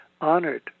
honored